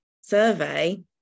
survey